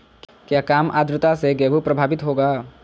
क्या काम आद्रता से गेहु प्रभाभीत होगा?